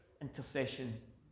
intercession